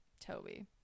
Toby